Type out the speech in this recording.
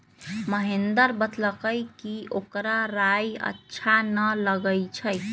महेंदर बतलकई कि ओकरा राइ अच्छा न लगई छई